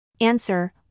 Answer